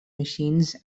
machines